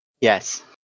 Yes